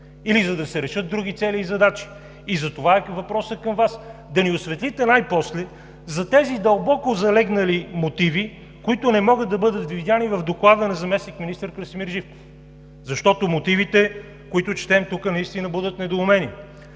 или за да се решат други цели и задачи? И затова въпросът към Вас е да ни осветлите най-после за тези дълбоко залегнали мотиви, които не могат да бъдат видени в доклада на заместник-министър Красимир Живков. Защото мотивите, които четем тук, наистина будят недоумение.